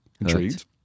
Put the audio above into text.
intrigued